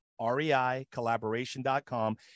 reicollaboration.com